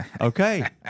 Okay